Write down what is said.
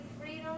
freedom